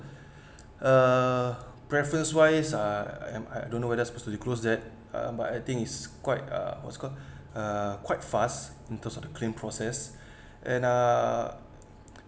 uh preference wise uh am I don't know whether I should be disclosed that uh but I think is quite uh what's called uh quite fast in terms of the claim process and uh